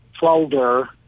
folder